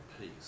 peace